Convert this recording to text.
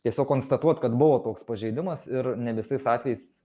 tiesiog konstatuot kad buvo toks pažeidimas ir ne visais atvejais